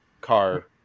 car